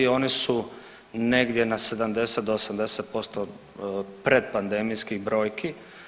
Oni su negdje na 70 do 80% predpandemijskih brojki.